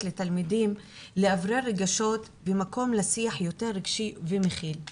לתלמידים לאוורר רגשות ומקום לשיח יותר רגשי ומכיל.